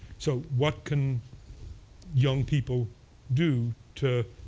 so what can young people do to